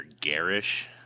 garish